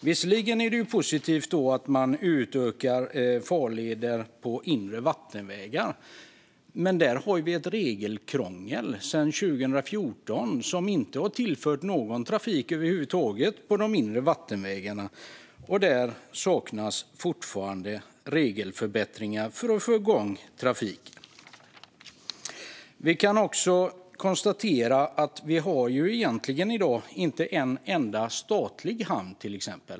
Visserligen är det positivt att man utökar farleder på inre vattenvägar, men där har vi sedan 2014 ett regelkrångel som gör att inte någon trafik över huvud taget har tillförts på de inre vattenvägarna. Fortfarande saknas regelförbättringar för att få igång trafiken. Vi kan också konstatera att vi i dag egentligen inte har en enda statlig hamn.